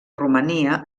romania